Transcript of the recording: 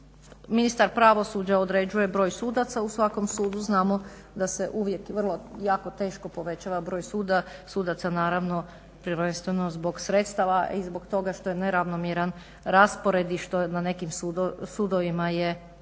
ministar pravosuđa određuje broj sudaca. U svakom sudu znamo da se uvijek vrlo jako teško povećava broj sudaca naravno prvenstveno zbog sredstava i zbog toga što je neravnomjeran raspored i što na nekim sudovima višak